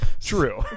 True